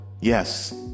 yes